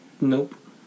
Nope